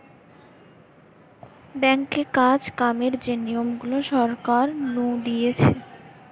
ব্যাঙ্কে কাজ কামের যে নিয়ম গুলা সরকার নু দিতেছে